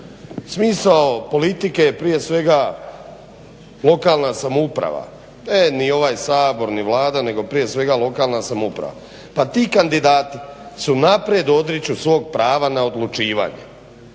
smisao politike prije svega lokalna samouprava, ne ni ovaj Sabor, ni Vlada nego prije svega lokalna samouprava. Pa ti kandidati se unaprijed odriču svog prava na odlučivanje.